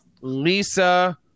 lisa